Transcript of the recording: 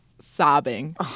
Sobbing